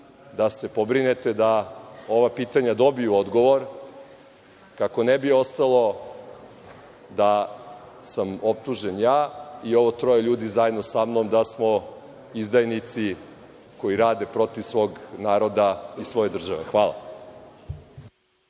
da se pobrinete da ova pitanja dobiju odgovor, kako ne bi ostalo da sam optužen ja i ovo troje ljudi zajedno sa mnom, da smo izdajnici koji rade protiv svog naroda i svoje države. Hvala.